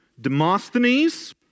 Demosthenes